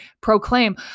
proclaim